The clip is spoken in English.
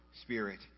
spirit